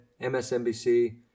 MSNBC